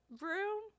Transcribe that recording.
room